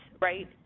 right